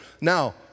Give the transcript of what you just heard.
Now